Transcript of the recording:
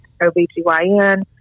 OBGYN